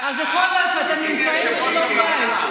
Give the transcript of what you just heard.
אז יכול להיות שאתם נמצאים בשלום בית.